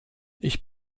ich